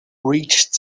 reached